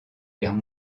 guerre